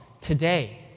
today